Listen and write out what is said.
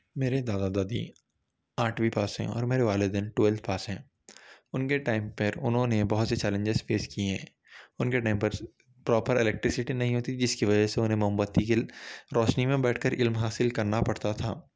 میرے دادا دادی آٹھویں پاس ہیں اور میرے والدین ٹویلتھ پاس ہیں ان کے ٹائم پر انہوں نے بہت سے چیلینجج فیس کیے ہیں ان کے ٹائم پر پراپر الیکٹریسٹی نہیں ہوتی تھی جس کی وجہ سے انہیں موم بتی کی روشنی میں بیٹھ علم حاصل کرنا پڑتا تھا